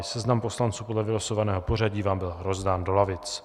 Seznam poslanců podle vylosovaného pořadí vám byl rozdán do lavic.